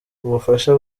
ubufasha